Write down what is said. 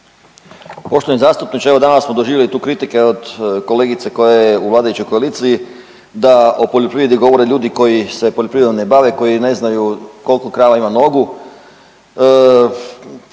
Poštovani zastupniče, evo danas smo doživjeli tu kritike od kolegice koja je u vladajućoj koaliciji da o poljoprivredi govore ljudi koji se poljoprivredom ne bave, koji ne znaju kolko krava ima nogu.